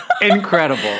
Incredible